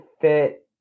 fit